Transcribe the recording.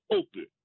open